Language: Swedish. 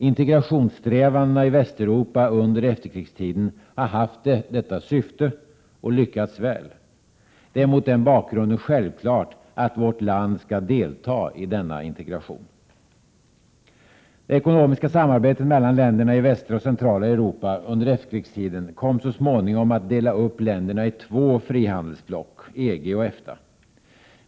Integrationssträvandena i Västeuropa under efterkrigstiden har haft detta syfte — och lyckats väl. Det är mot den bakgrunden självklart att vårt land skall delta i denna integration. Det ekonomiska samarbetet mellan länderna i västra och centrala Europa under efterkrigstiden kom så småningom att dela upp länderna i två frihandelsblock, EG och EFTA.